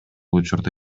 учурда